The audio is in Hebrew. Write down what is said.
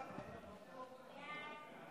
הצבעה.